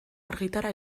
argitara